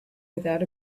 without